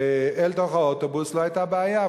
אל תוך האוטובוס, לא היתה בעיה.